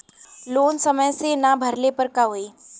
Loan समय से ना भरले पर का होयी?